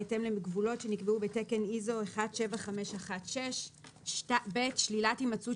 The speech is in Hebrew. בהתאם לגבולות שנקבעו בתקן ISO 17516; (ב)שלילת הימצאות